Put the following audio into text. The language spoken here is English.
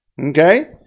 Okay